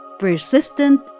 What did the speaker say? persistent